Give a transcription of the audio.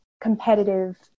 competitive